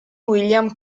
william